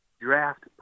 draft